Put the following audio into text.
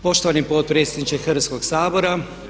Poštovani potpredsjedniče Hrvatskog sabora.